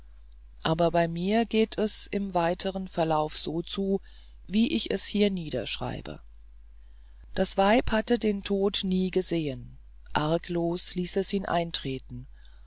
aber bei mir geht es im weiteren verlaufe so zu wie ich es hier niederschreibe das weib hatte den tod nie gesehen arglos ließ es ihn eintreten